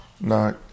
no